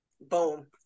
Boom